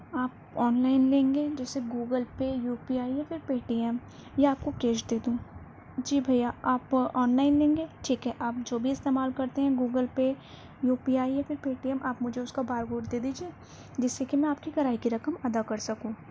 آپ آنلائن لیں گے جیسے Google Pay U P I یا پھر پے ٹی ایم یا آپ کو کیش دے دوں جی بھیا آپ آنلائن لیں گے ٹھیک ہے آپ جو بھی استعمال کرتے ہیں Google Pay U P I یا پھر پے ٹی ایم آپ مجھے اس کا بار کوڈ دے دیجیے جس سے کہ میں آپ کے کرایہ کی رقم ادا کر سکوں